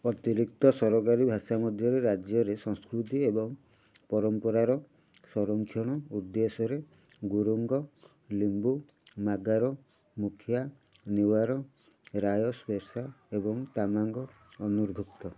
ଅତିରିକ୍ତ ସରକାରୀ ଭାଷା ମଧ୍ୟରେ ରାଜ୍ୟରେ ସଂସ୍କୃତି ଏବଂ ପରମ୍ପରାର ସଂରକ୍ଷଣ ଉଦ୍ଦେଶ୍ୟରେ ଗୁରୁଙ୍ଗ ଲିମ୍ବୁ ମାଗାର ମୁଖିଆ ନ୍ୟୁଆର ରାୟ ଶେର୍ପା ଏବଂ ତାମାଙ୍ଗ ଅନ୍ତର୍ଭୁକ୍ତ